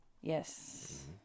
Yes